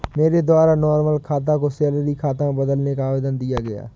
मेरे द्वारा नॉर्मल खाता को सैलरी खाता में बदलने का आवेदन दिया गया